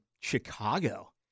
Chicago